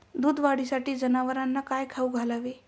दूध वाढीसाठी जनावरांना काय खाऊ घालावे?